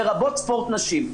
לרבות ספורט נשים.